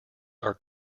are